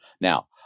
Now